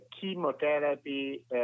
chemotherapy